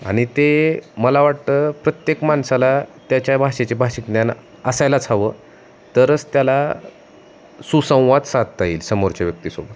आणि ते मला वाटतं प्रत्येक माणसाला त्याच्या भाषेचे भाषिक ज्ञान असायलाच हवे तरच त्याला सुसंवाद साधता येईल समोरच्या व्यक्तीसोबत